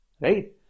right